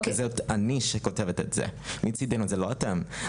זו אני שכותבת את זה, לא אתם.